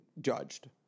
judged